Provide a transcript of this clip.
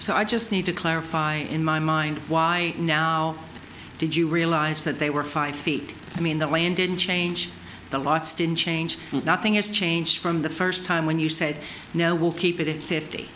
so i just need to clarify in my mind why now did you realize that they were five feet i mean that way and didn't change the lots didn't change nothing is changed from the first time when you said now we'll keep it fifty